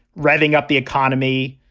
revving up the economy,